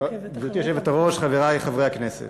גברתי היושבת-ראש, חברי חברי הכנסת,